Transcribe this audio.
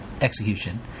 execution